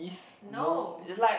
no